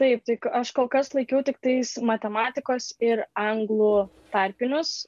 taip tai aš kol kas laikiau tiktais matematikos ir anglų tarpinius